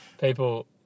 People